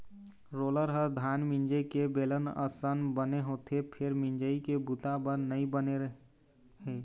roller ह धान मिंजे के बेलन असन बने होथे फेर मिंजई के बूता बर नइ बने हे